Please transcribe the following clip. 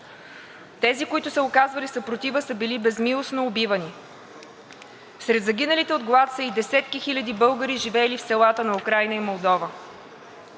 Тези, които са оказвали съпротива, са били безмилостно убивани. Сред загиналите от глад са и десетки хиляди българи, живели в селата на Украйна и Молдова.